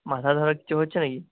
মাথা ধরা কিছু হচ্ছে না কি